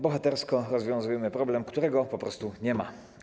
Bohatersko rozwiązujemy problem, którego po prostu nie ma.